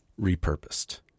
repurposed